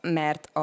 mert